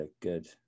good